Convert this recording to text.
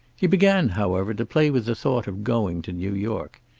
he began, however, to play with the thought of going to new york.